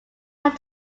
have